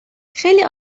خیلی